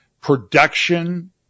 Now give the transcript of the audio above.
Production